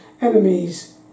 enemies